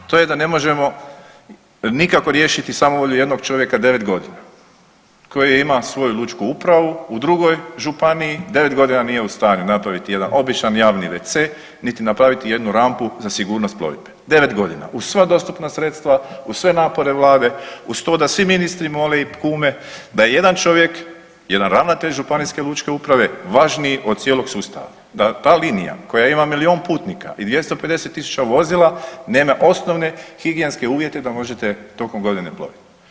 To je da ne možemo nikako riješiti samovolju jednog čovjeka 9.g. koji ima svoju lučku upravu u drugoj županiji, 9.g. nije u stanju napraviti jedan običan javni wc, niti napraviti jednu rampu za sigurnost plovidbe, 9.g. uz sva dostupna sredstva, uz sve napore vlade, uz to da svi ministri mole i kume da je jedan čovjek, jedan ravnatelj županijske lučke uprave važniji od cijelog sustava, da ta linija koja ima milijun putnika i 250.000 vozila nema osnovne higijenske uvjete da možete tokom godine plovit.